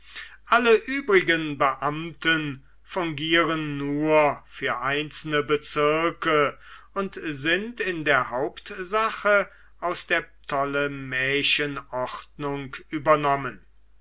alle übrigen beamten fungieren nur für einzelne bezirke und sind in der hauptsache aus der ptolemäischen ordnung übernommen